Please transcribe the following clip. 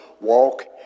walk